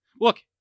Look